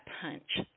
punch